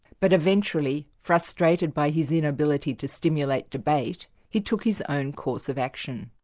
but eventually, frustrated by his inability to stimulate debate, he took his own course of action.